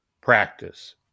practice